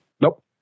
Nope